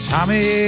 Tommy